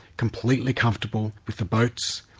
completely comfortable with the boats,